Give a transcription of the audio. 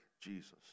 Jesus